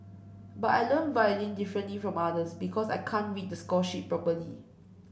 but I learn violin differently from others because I can't read the score sheet properly